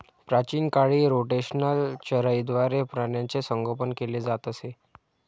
प्राचीन काळी रोटेशनल चराईद्वारे प्राण्यांचे संगोपन केले जात असे